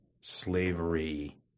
slavery